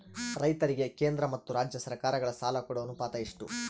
ರೈತರಿಗೆ ಕೇಂದ್ರ ಮತ್ತು ರಾಜ್ಯ ಸರಕಾರಗಳ ಸಾಲ ಕೊಡೋ ಅನುಪಾತ ಎಷ್ಟು?